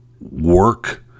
work